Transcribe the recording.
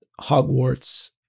Hogwarts